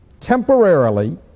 temporarily